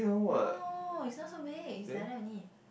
no is not so way is like that only